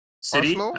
City